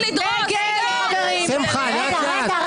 שמחה, לאט-לאט.